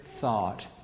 thought